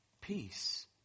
peace